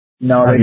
No